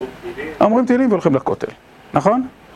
אומרים תהילים והולכים לכותל, נכון?